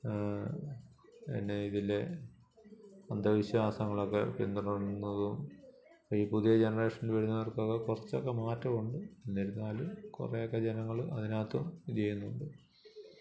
എന്നാൽ ഇതിൽ അന്ധവിശ്വാസങ്ങളൊക്കെ പിന്തുടരുന്നതും ഈ പുതിയ ജനറേഷനിൽ വരുന്നവർക്കൊക്കെ കുറച്ചൊക്കെ മാറ്റം ഉണ്ട് എന്തിരുന്നാലും കുറേയൊക്കെ ജനങ്ങൾ അതിനകത്തും ഇതു ചെയ്യുന്നുണ്ട്